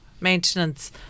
maintenance